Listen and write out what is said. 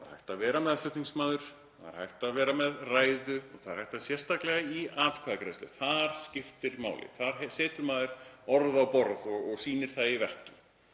Það er hægt að vera meðflutningsmaður, það er hægt að vera með ræðu og það er sérstaklega hægt í atkvæðagreiðslu og þar skiptir það máli. Þar setur maður orð á borð og sýnir það í verki.